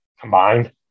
combined